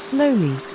Slowly